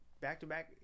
back-to-back